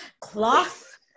cloth